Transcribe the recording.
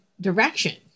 direction